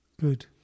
Good